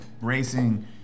racing